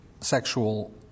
sexual